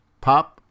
pop